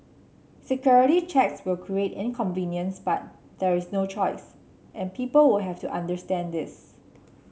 security checks will create inconvenience but there is no choice and people will have to understand this